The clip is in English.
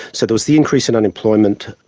so there was the increase in unemployment,